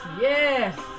yes